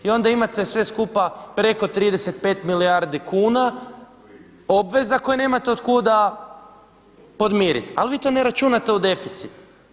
I onda imate sve skupa preko 35 milijardi kuna obveza koje nemate od kuda podmiriti, ali vi to ne računate u deficit.